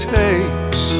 takes